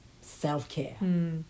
self-care